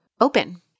open